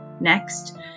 Next